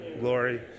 glory